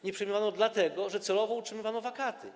Nie przyjmowano ich dlatego, że celowo utrzymywano wakaty.